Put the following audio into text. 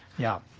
yeah.